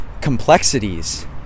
complexities